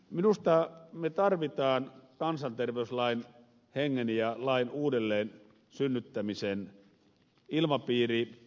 minusta me tarvitsemme kansanterveyslain hengen ja lain uudelleen synnyttämisen ilmapiiri